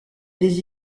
des